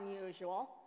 unusual